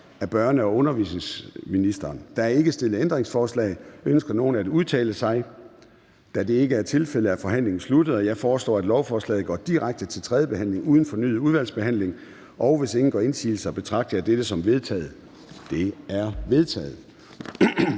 Formanden (Søren Gade): Der er ikke stillet ændringsforslag. Ønsker nogen at udtale sig? Da det ikke er tilfældet, er forhandlingen sluttet. Jeg foreslår, at lovforslaget går direkte til tredje behandling uden fornyet udvalgsbehandling. Hvis ingen gør indsigelse, betragter jeg dette som vedtaget. Det er vedtaget.